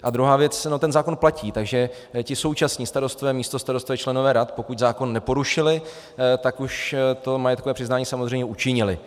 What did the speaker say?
A druhá věc ten zákon platí, takže ti současní starostové, místostarostové, členové rad, pokud zákon neporušili, tak už to majetkové přiznání samozřejmě učinili.